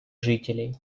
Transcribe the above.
жителей